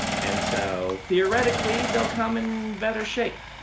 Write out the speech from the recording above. and so theoretically, they'll come in better shape.